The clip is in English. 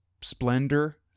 splendor